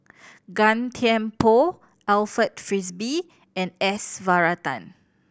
Gan Thiam Poh Alfred Frisby and S Varathan